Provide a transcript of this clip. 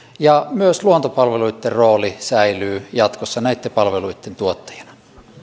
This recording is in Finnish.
myös luontopalveluitten rooli säilyy jatkossa näitten palveluitten tuottajana